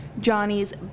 Johnny's